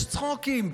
יש צחוקים,